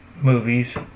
movies